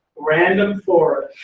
random forest